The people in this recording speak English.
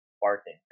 barking